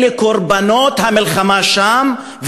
אלה קורבנות המלחמה שם,